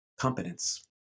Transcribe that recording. competence